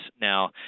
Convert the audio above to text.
Now